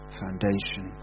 foundation